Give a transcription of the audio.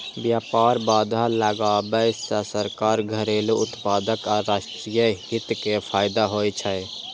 व्यापार बाधा लगाबै सं सरकार, घरेलू उत्पादक आ राष्ट्रीय हित कें फायदा होइ छै